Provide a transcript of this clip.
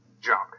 junk